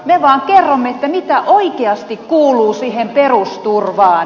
me vaan kerromme mitä oikeasti kuuluu siihen perusturvaan